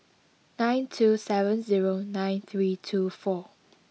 nine two seven zero nine three two four